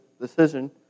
decision